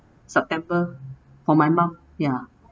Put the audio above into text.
september for my mum ya